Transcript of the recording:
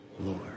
Lord